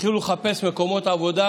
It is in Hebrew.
יתחילו לחפש מקומות עבודה,